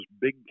big